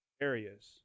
areas